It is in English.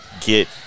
get